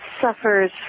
suffers